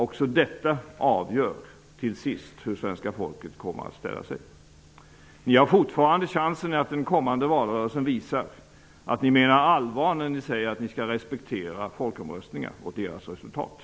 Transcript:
Också det avgör till sist hur svenska folket kommer att ställa sig. Socialdemokraterna har fortfarande chansen att i den kommande valrörelsen visa att ni socialdemokrater menar allvar när ni säger att ni skall respektera folkomröstningar och deras resultat.